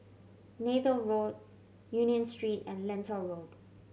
Neythal Road Union Street and Lentor Road